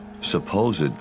supposed